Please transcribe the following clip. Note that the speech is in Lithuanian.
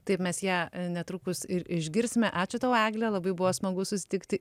taip mes ją netrukus ir išgirsime ačiū tau egle labai buvo smagu susitikti